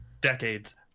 decades